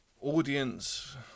Audience